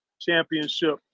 championship